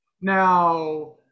now